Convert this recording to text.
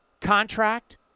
Contract